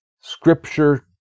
Scripture